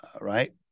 right